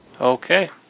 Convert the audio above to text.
Okay